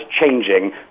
changing